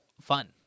fun